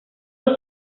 los